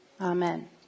Amen